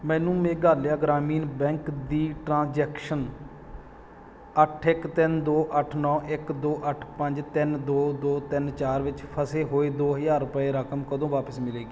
ਮੈਨੂੰ ਮੇਘਾਲਿਆ ਗ੍ਰਾਮੀਣ ਬੈਂਕ ਦੀ ਟ੍ਰਰਾਂਜੈਕਸਨ ਅੱਠ ਇੱਕ ਤਿੰਨ ਦੋ ਅੱਠ ਨੌ ਇੱਕ ਦੋ ਅੱਠ ਪੰਜ ਤਿੰਨ ਦੋ ਦੋ ਤਿੰਨ ਚਾਰ ਵਿੱਚ ਫਸੇ ਹੋਏ ਦੋ ਹਜ਼ਾਰ ਰੁਪਏ ਰਕਮ ਕਦੋਂ ਵਾਪਿਸ ਮਿਲੇਗੀ